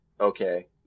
Okay